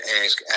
ask